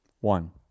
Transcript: One